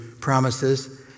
promises